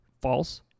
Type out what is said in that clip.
False